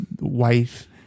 wife